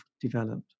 developed